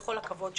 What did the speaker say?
בכל הכבוד,